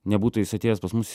nebūtų jis atėjęs pas mus